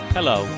Hello